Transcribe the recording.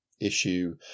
issue